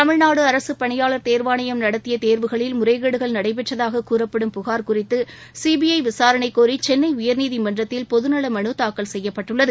தமிழ்நாடு அரசு பணியாளர் தேர்வாணையம் நடத்திய தேர்வுகளில் முறைகேடுகள் நடைபெற்றதாக கூறப்படும் புகார் குறித்து சீபிஐ விளரணை கோரி சென்னை உயர்நீதிமன்றத்தில் பொது நல மனு தாக்கல் செய்யப்பட்டுள்ளது